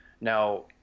Now